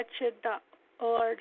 Wretched.org